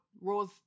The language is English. Rose